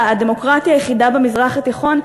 הדמוקרטיה היחידה במזרח התיכון,